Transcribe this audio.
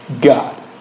God